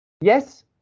yes